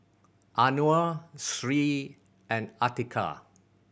Anuar Sri and Atiqah